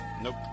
Nope